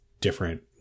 different